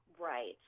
Right